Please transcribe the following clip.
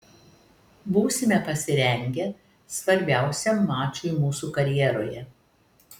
būsime pasirengę svarbiausiam mačui mūsų karjeroje